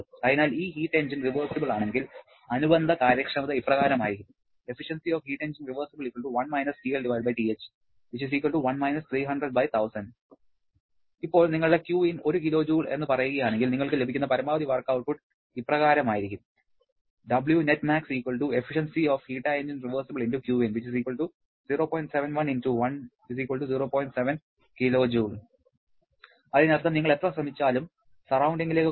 അതിനാൽ ഈ heat engine reversible ആണെങ്കിൽ അനുബന്ധ കാര്യക്ഷമത ഇപ്രകാരമായിരിക്കും ഇപ്പോൾ നിങ്ങളുടെ Qin 1 kJ എന്ന് പറയുകയാണെങ്കിൽ നിങ്ങൾക്ക് ലഭിക്കുന്ന പരമാവധി വർക്ക് ഔട്ട്പുട്ട് ഇപ്രകാരമായിരിക്കും അതിനർത്ഥം നിങ്ങൾ എത്ര ശ്രമിച്ചാലും സറൌണ്ടിങ്ങിലേക്ക് കുറഞ്ഞത് 0